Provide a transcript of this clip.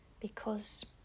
because